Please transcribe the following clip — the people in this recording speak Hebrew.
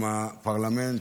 אם הפרלמנט,